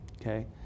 okay